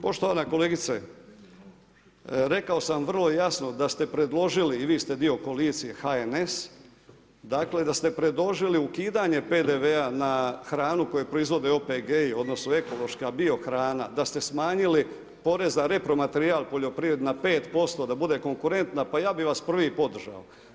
Poštovana kolegice, rekao sam vrlo jasno da ste predložili i vi ste dio koalicije HNS, dakle da ste predložili ukidanje PDV-a na hranu koju proizvode OPG-i odnosno ekološka biohrana, da ste smanjili porez na repromaterijal na 5% da bude konkurentna pa ja bih vas prvi podržao.